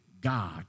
God